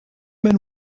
man